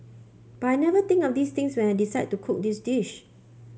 but I never think of these things when I decide to cook this dish